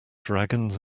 dragons